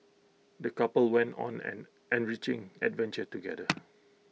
the couple went on an enriching adventure together